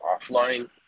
offline